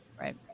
Right